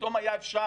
פתאום היה אפשר,